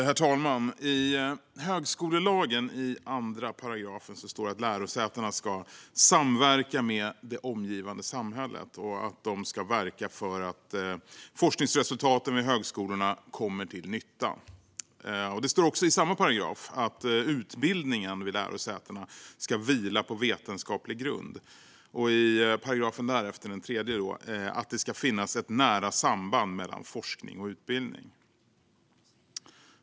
Herr talman! I 2 § högskolelagen står att lärosätena ska "samverka med det omgivande samhället" och att de ska verka för att forskningsresultaten vid högskolorna "kommer till nytta". Det står också i samma paragraf att utbildningen vid lärosätena ska vila på vetenskaplig grund. I paragrafen därefter, 3 §, står att det ska finnas ett nära samband mellan forskning och utbildning.